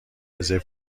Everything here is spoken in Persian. رزرو